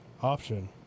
option